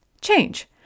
Change